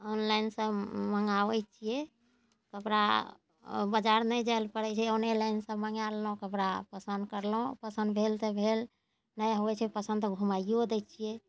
online सऽ मँगाबै छियै कपड़ा बजार नहि जाइ लए पड़ै छै ऑनलाइने सऽ मँगा लेलहुॅं कपड़ा पसन्द कयलहुॅं पसन्द भेल तऽ भेल नहि होइ छै पसन्द तऽ घुमाइयो दै छियै